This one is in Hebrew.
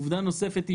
עובדה נוספת,